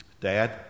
Dad